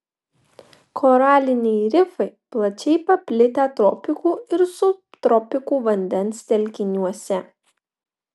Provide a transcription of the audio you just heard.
koraliniai rifai plačiai paplitę tropikų ir subtropikų vandens telkiniuose